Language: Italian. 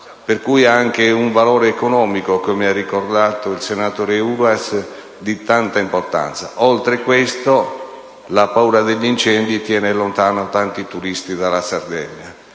della fauna; un valore economico, come ha ricordato il senatore Uras, di grande importanza. Oltre a questo, la paura degli incendi tiene lontani tanti turisti dalla Sardegna.